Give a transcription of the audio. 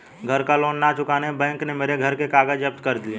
घर का लोन ना चुकाने पर बैंक ने मेरे घर के कागज जप्त कर लिए